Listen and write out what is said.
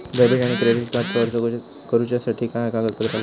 Debit आणि credit कार्डचो अर्ज करुच्यासाठी काय कागदपत्र लागतत?